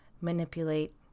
manipulate